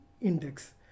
index